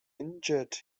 injured